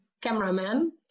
Cameraman